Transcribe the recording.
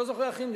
לא זוכר אחרים,